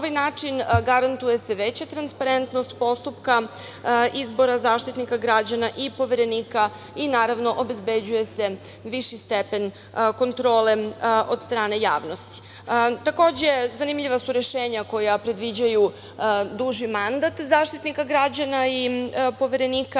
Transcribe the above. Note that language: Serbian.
ovaj način garantuje se veća transparentnost postupka izbora Zaštitnika građana i Poverenika i, naravno, obezbeđuje se viši stepen kontrole od strane javnosti. Takođe, zanimljiva su rešenja koja predviđaju duži mandat Zaštitnika građana i poverenika.